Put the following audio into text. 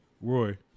Roy